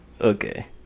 Okay